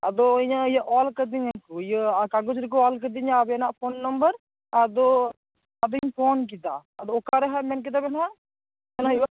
ᱟᱫᱚ ᱤᱧᱟᱹᱜ ᱤᱭᱟᱹ ᱚᱞ ᱠᱟᱫᱤᱧᱟᱠᱚ ᱤᱭᱟᱹ ᱠᱟᱜᱚᱡ ᱨᱮᱠᱚ ᱚᱞ ᱠᱮᱫᱤᱧᱟ ᱟᱵᱮᱱᱟ ᱯᱷᱳᱱ ᱱᱚᱢᱵᱚᱨ ᱟᱫᱚ ᱟᱫᱚᱧ ᱯᱷᱳᱱ ᱠᱮᱫᱟ ᱟᱫᱚ ᱚᱠᱟ ᱨᱮᱦᱟᱸᱜ ᱢᱮᱱᱠᱮᱫᱟ ᱵᱮᱱ ᱦᱟᱸᱜ ᱪᱟᱞᱟ ᱦᱩᱭᱩᱜᱼᱟ